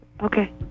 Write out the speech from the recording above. okay